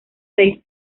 seis